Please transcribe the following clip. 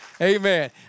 amen